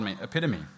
epitome